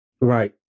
Right